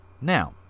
Now